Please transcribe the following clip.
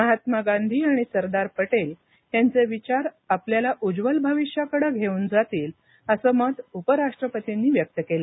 महात्मा गांधी आणि सरदार पटेल यांचे विचार आपल्याला उज्ज्वल भविष्याकडे घेऊन जातील असं मत उपराष्ट्रपतींनी व्यक्त केलं